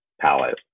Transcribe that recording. palette